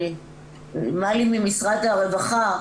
מלי ממשרד הרווחה,